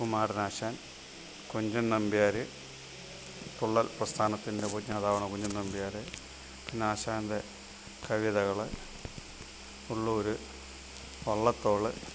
കുമാരനാശാൻ കുഞ്ചൻ നമ്പ്യാർ തുള്ളൽ പ്രസ്ഥാനത്തിൻ്റെ ഉപജ്ഞാതാവാണ് കുഞ്ചൻ നമ്പ്യാർ പിന്നെ ആശാൻ്റെ കവിതകൾ ഉള്ളൂർ വള്ളത്തോൾ